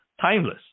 Timeless